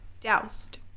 doused